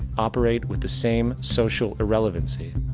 operate with the same social irrelevancy.